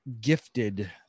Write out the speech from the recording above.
gifted